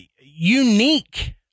unique